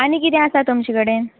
आनी किदें आसा तुमचे कडेन